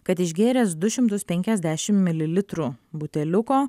kad išgėręs du šimtus penkiasdešimt mililitrų buteliuko